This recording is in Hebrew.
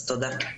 תודה.